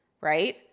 right